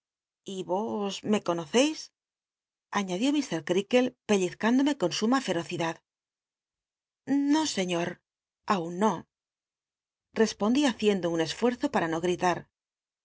y yos me conoceis añadió ir crcaklc pellizcándome con suma ferocidad i'io sciior aun no respondí haciendo un csfuerzo pata no gritar